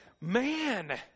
man